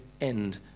end